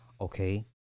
Okay